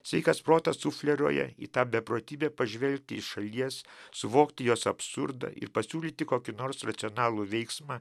sveikas protas sufleruoja į tą beprotybę pažvelgti iš šalies suvokti jos absurdą ir pasiūlyti kokį nors racionalų veiksmą